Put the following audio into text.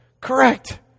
Correct